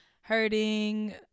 hurting